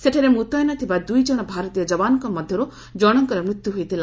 ସେଠାରେ ମୁତୟନ ଥିବା ଦୁଇଜଣ ଭାରତୀୟ ଯବାନଙ୍କ ମଧ୍ୟରୁ ଜଣଙ୍କର ମୃତ୍ୟୁ ହୋଇଥିଲା